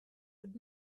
would